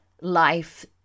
life